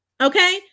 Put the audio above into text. okay